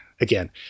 again